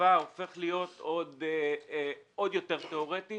הופך להיות עוד יותר תיאורטי